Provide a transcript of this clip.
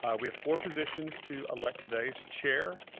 ah we have four positions to elect today, is chair,